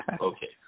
Okay